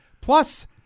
Plus